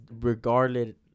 regarded